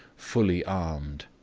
fully armed.